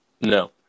No